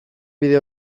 bide